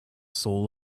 soul